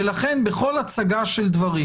בכל הצגה של דברים,